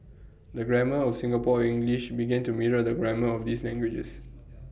the grammar of Singaporean English began to mirror the grammar of these languages